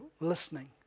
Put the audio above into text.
listening